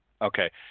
Okay